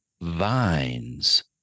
vines